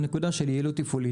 הנקודה שלי היא לא תפעולית,